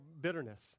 bitterness